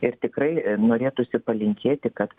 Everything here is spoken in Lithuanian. ir tikrai norėtųsi palinkėti kad